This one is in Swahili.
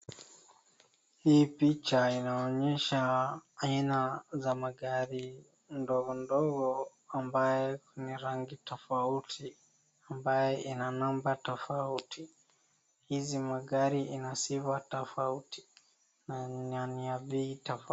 Hii picha inaonyesha aina za magari ndogo ndogo ambaye ni rangi tofauti, ambaye ina namba tofauti. Hizi magari ina sifa tofauti na ni ya bei tofa.....